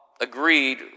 Agreed